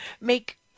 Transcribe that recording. make